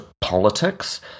politics